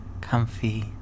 Comfy